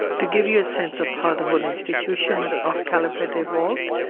to give you a sense of how the whole institution of caliphate involved,